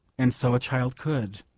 and so a child could.